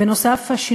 נוסף על כך,